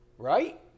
Right